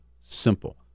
simple